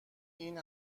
این